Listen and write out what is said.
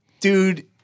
Dude